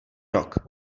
rok